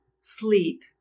sleep